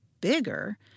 Bigger